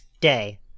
day